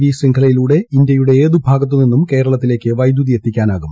V ശൃംഖലയിലൂടെ ഇന്ത്യയുടെ ഏതു ഭാഗത്തുനിന്നും കേരളത്തിലേക്ക് വൈദ്യുതി എത്തിക്കാനാകും